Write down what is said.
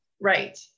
Right